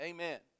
Amen